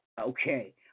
okay